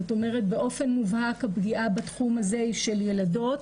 זאת אומרת באופן מובהק הפגיעה בתחום הזה היא של ילדות